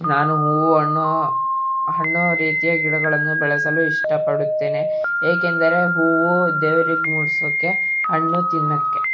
ನಾನು ಹೂವು ಹಣ್ಣು ಹಣ್ಣು ರೀತಿಯ ಗಿಡಗಳನ್ನು ಬೆಳೆಸಲು ಇಷ್ಟಪಡುತ್ತೇನೆ ಏಕೆಂದರೆ ಹೂ ದೇವರಿಗೆ ಮುಡ್ಸೋಕ್ಕೆ ಹಣ್ಣು ತಿನ್ನೋಕ್ಕೆ